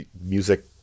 music